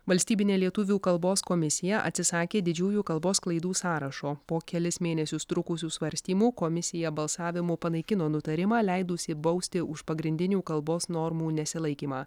valstybinė lietuvių kalbos komisija atsisakė didžiųjų kalbos klaidų sąrašo po kelis mėnesius trukusių svarstymų komisija balsavimu panaikino nutarimą leidusį bausti už pagrindinių kalbos normų nesilaikymą